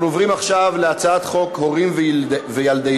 אנחנו עוברים עכשיו להצעת חוק הורים וילדיהם,